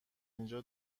اینجا